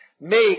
make